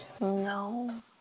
No